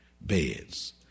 beds